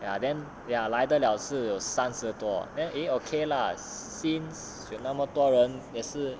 ya then 来得了是三十多 then eh okay lah since 有那么多人也是